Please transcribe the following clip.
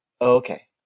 Okay